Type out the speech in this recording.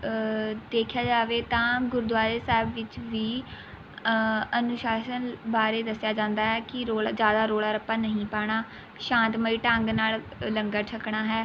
ਦੇਖਿਆ ਜਾਵੇ ਤਾਂ ਗੁਰਦੁਆਰੇ ਸਾਹਿਬ ਵਿੱਚ ਵੀ ਅਨੁਸ਼ਾਸਨ ਬਾਰੇ ਦੱਸਿਆ ਜਾਂਦਾ ਹੈ ਕਿ ਰੌਲਾ ਜ਼ਿਆਦਾ ਰੌਲਾ ਰੱਪਾ ਨਹੀਂ ਪਾਉਣਾ ਸ਼ਾਂਤਮਈ ਢੰਗ ਨਾਲ ਲੰਗਰ ਛੱਕਣਾ ਹੈ